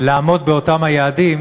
לעמוד באותם היעדים,